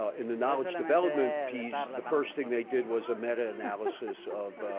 ah in the knowledge development piece, the first thing they did was a metanalysis of